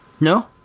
No